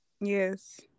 Yes